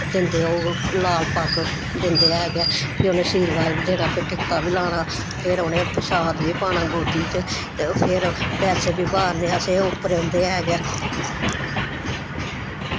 दिंदे ओह् लाल पग्ग दिंदे ऐ गै ते फिर उनें शीरबाद बी देना फिर टिक्का बी लाना फिर उनें प्रशाद बी पाना गोदी च ते फिर प्रैशर बी मारनवे उंदे उप्पर एह् गै